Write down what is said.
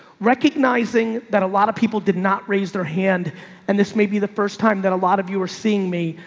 recognizing that a lot of people did not raise their hand and this may be the first time that a lot of you are seeing me.